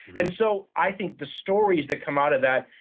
and so i think the stories that come out of that,